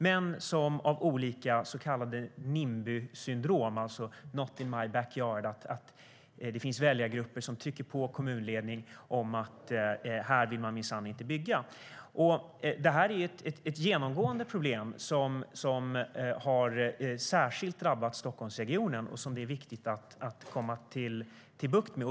Men det går inte på grund av nimbysyndromet, not in my backyard, det vill säga väljargrupper som trycker på kommunledningen för att det inte ska byggas där. Det är ett genomgående problem som har drabbat särskilt Stockholmsregionen och som det är viktigt att komma till rätta med.